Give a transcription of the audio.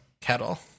kettle